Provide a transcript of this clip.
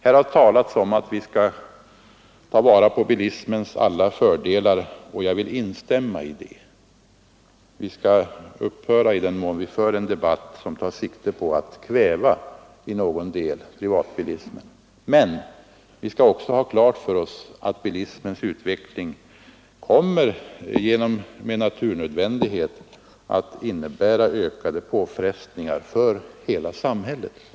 Här har talats om att vi skall ta vara på bilismens alla fördelar, och jag vill instämma i det. I den mån vi för en debatt som tar sikte på att i någon del kväva privatbilismen skall vi upphöra med det. Men vi skall också ha klart för oss att bilismens utveckling med naturnödvändighet kommer att innebära ökade påfrestningar för hela samhället.